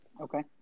Okay